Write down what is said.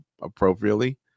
appropriately